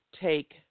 take